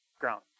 ground